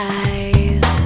eyes